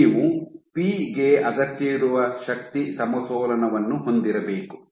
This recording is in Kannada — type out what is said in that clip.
ನೀವು ಪಿ ಗೆ ಅಗತ್ಯವಿರುವ ಶಕ್ತಿ ಸಮತೋಲನವನ್ನು ಹೊಂದಿರಬೇಕು